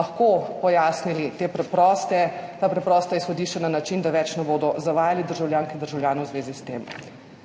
lahko pojasnili ta preprosta izhodišča na način, da več ne bodo zavajali državljank in državljanov v zvezi s tem.